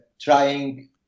trying